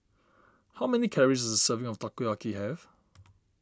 how many calories does a serving of Takoyaki have